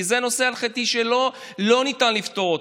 כי זה נושא הלכתי שלא ניתן לפתור.